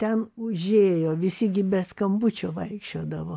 ten užėjo visi gi be skambučio vaikščiodavo